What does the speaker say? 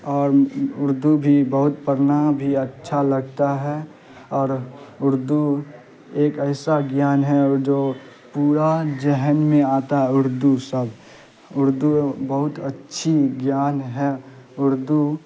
اور اردو بھی بہت پڑھنا بھی اچھا لگتا ہے اور اردو ایک ایسا گیان ہے جو پورا ذہن میں آتا ہے اردو سب اردو بہت اچھی گیان ہے اردو